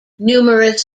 numerous